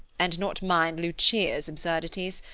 and not mind lucia's absurdities.